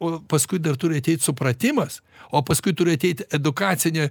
o paskui dar turi ateit supratimas o paskui turi ateit edukacinio